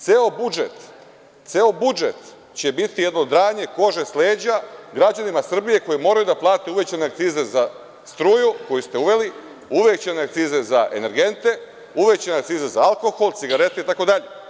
Ceo budžet će biti jedno dranje kože s leđa građanima Srbije koji moraju da plate uvećane akcize za struju, koju ste uveli, uvećane akcize za energente, uvećane akcize za alkohol, za cigarete itd.